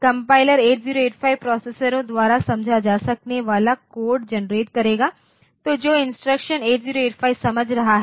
compiler 8085 प्रोसेसरों द्वारा समझा जा सकने वाला कोड जनरेट करेगा तो जो इंस्ट्रक्शंस 8085 समझ रहा है